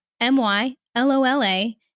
M-Y-L-O-L-A